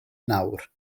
nawr